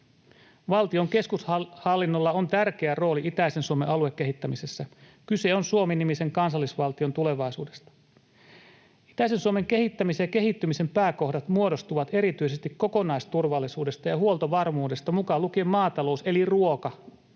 Valtion keskushallinnolla on tärkeä rooli itäisen Suomen aluekehittämisessä. Kyse on Suomi-nimisen kansallisvaltion tulevaisuudesta. Itäisen Suomen kehittämisen ja kehittymisen pääkohdat muodostuvat erityisesti kokonaisturvallisuudesta ja huoltovarmuudesta mukaan lukien maatalous eli ruoka,